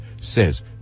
says